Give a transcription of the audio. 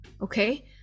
okay